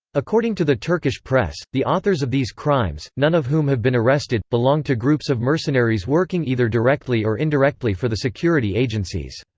according to the turkish press, the authors of these crimes, none of whom have been arrested, belong to groups of mercenaries working either directly or indirectly for the security agencies.